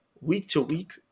week-to-week